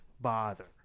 bother